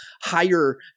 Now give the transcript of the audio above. higher